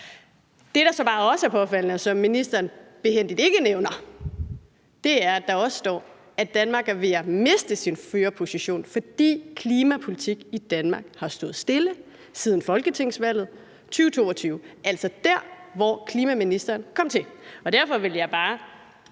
Det, der så bare også er påfaldende, og som ministeren behændigt ikke nævner, er, at der også står, at Danmark er ved at miste sin førerposition, fordi klimapolitik i Danmark har stået stille siden folketingsvalget 2022, altså der, hvor klimaministeren kom til. Derfor vil jeg bare